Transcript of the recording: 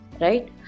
right